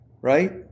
right